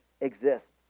exists